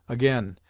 again,